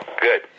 Good